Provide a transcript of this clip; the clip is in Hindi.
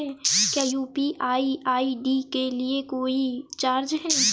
क्या यू.पी.आई आई.डी के लिए कोई चार्ज है?